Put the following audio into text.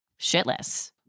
Shitless